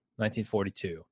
1942